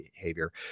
behavior